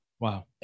Wow